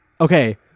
Okay